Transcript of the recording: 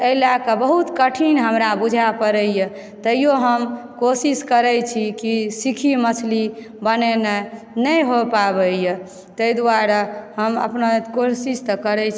अहि लएक बहुत कठिन हमरा बुझाइ पड़यए ताहियो हम कोशिश करैत छी कि सीखी मछली बनेनाइ लेकिन नहि हो पाबयए ताहि दुआरे हम अपना जनैत कोशिश तऽ करैत छी